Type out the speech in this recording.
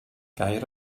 gair